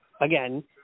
Again